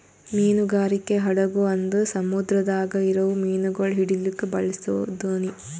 ಮೀನುಗಾರಿಕೆ ಹಡಗು ಅಂದುರ್ ಸಮುದ್ರದಾಗ್ ಇರವು ಮೀನುಗೊಳ್ ಹಿಡಿಲುಕ್ ಬಳಸ ದೋಣಿ